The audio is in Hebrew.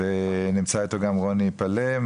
ונמצא איתו גם רוני פלה,